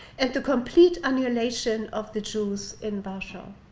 and the complete annihilation of the jews in but so